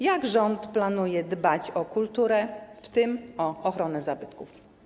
Jak rząd planuje dbać o kulturę, w tym o ochronę zabytków?